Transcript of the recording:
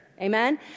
Amen